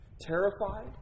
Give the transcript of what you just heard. Terrified